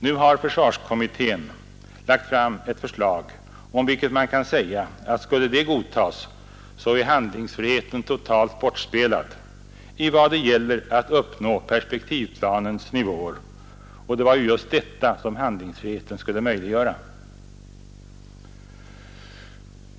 Nu har försvarsutredningen avlämnat ett förslag om vilket man kan säga att skulle det godtas, så är handlingsfriheten totalt bortspelad vad det gäller att uppnå perspektivplanens nivåer, och det var som sagt detta som handlingsfriheten skulle möjliggöra.